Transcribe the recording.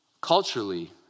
Culturally